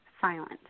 silent